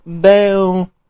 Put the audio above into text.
down